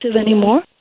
anymore